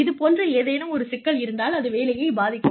இது போன்ற ஏதேனும் ஒரு சிக்கல் இருந்தால் அது வேலையை பாதிக்கும்